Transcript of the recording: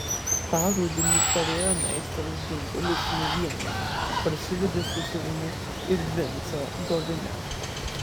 tą rudenį parėjo meistras dundulis ne vienas parsivedė su savimi ir vincą dovinę